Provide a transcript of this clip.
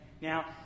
Now